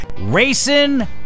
Racing